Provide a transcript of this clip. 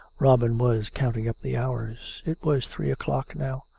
robin was counting up the hours. it was three o'clock now.